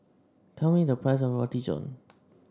tell me the price of Roti John